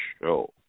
show